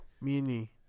Mini